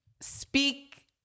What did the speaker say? speak